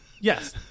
yes